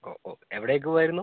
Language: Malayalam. ഓ ഓ എവിടേയ്ക്ക് പോവുകയായിരുന്നു